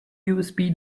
usb